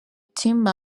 teamed